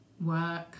Work